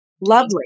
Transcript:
lovely